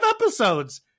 episodes